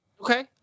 Okay